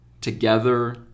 together